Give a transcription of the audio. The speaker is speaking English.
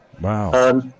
Wow